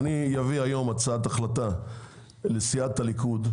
אני אביא היום הצעת החלטה לסיעת הליכוד,